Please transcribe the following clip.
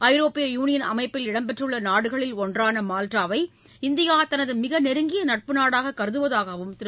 ஐரோப்பிய யூனியன் அமைப்பில் இடம்பெற்றுள்ள நாடுகளில் ஒன்றான மால்டாவை இந்தியா தனது மிக நெருங்கிய நட்பு நாடாக கருதுவதாகவும் திரு